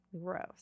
gross